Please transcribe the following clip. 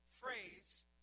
phrase